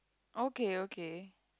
okay okay